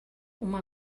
uma